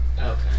Okay